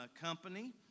company